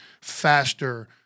faster